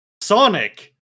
Sonic